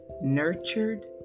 nurtured